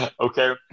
Okay